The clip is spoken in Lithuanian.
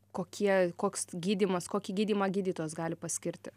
kokie koks gydymas kokį gydymą gydytojas gali paskirti